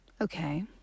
Okay